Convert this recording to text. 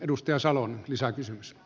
edustaja salonen lisäkysymys